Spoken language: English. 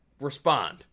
respond